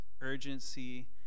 urgency